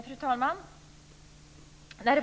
Fru talman!